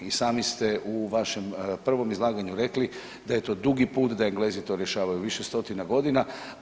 I sami ste u vašem prvom izlaganju rekli da je to dugi put, da Englezi to rješavaju više stotina godina.